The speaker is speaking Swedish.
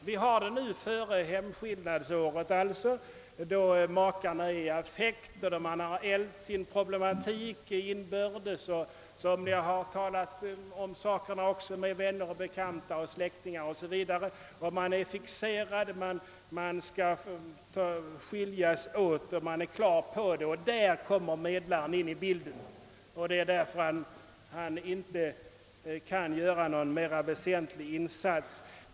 Vi har den nu före hemskillnadsåret. Makarna är då i affekt. Man har ältat sina problem inbördes, kanske talat om saken med vänner, bekanta och släktingar; man är fixerad, man är på det klara med sitt beslut. Man skall skiljas. I det läget kommer medlaren in och kan naturligtvis inte göra någon mer väsentlig insats.